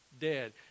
dead